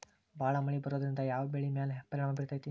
ಭಾಳ ಮಳಿ ಬರೋದ್ರಿಂದ ಯಾವ್ ಬೆಳಿ ಮ್ಯಾಲ್ ಪರಿಣಾಮ ಬಿರತೇತಿ?